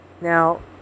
now